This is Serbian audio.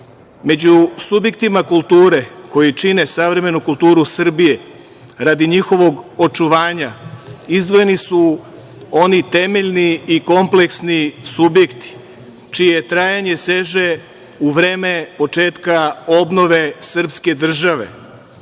subjektima kulture koji čine savremenu kulturu Srbije, radi njihovog očuvanja, izdvojeni su oni temeljni i kompleksni subjekti čije trajanje seže u vreme početka obnove srpske države. Naša